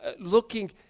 looking